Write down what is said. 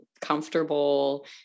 comfortable